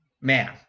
man